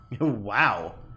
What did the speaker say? Wow